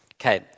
Okay